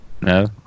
No